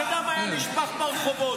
כשדם היה נשפך ברחובות.